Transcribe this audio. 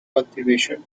cultivation